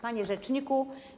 Panie Rzeczniku!